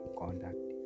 conduct